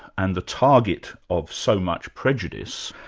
and the target of so much prejudice,